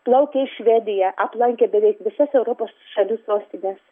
plaukė į švediją aplankė beveik visas europos šalių sostines